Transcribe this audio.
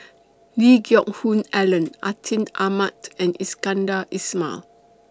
Lee Geck Hoon Ellen Atin Amat and Iskandar Ismail